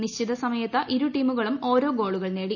നിശ്ചിത സമയത്ത് ഇരുടീമുകളും ഓരോ ഗോളുകൾ നേടി